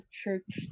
church